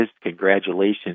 congratulations